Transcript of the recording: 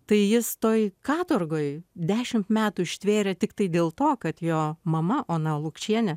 tai jis toj katorgoj dešimt metų ištvėrė tiktai dėl to kad jo mama ona lukšienė